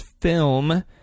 film